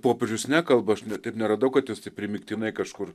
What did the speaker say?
popiežius nekalba aš ne taip neradau kad jisai primygtinai kažkur